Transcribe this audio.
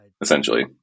essentially